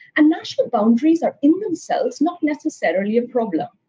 and national boundaries are, in themselves, not necessarily a problem.